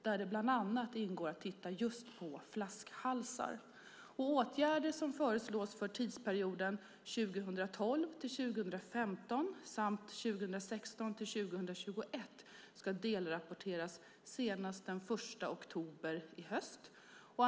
Där ingår bland annat att titta på just flaskhalsar. Åtgärder som föreslås för tidsperioderna 2012-2015 samt 2016-2021 ska delrapporteras senast den 1 oktober i år.